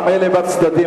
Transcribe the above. גם אלה בצדדים.